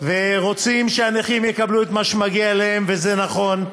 ורוצים שהנכים יקבלו את מה שמגיע להם, וזה נכון,